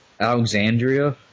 Alexandria